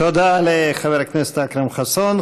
תודה לחבר הכנסת אכרם חסון.